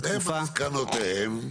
ומסקנותיהם?